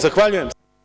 Zahvaljujem.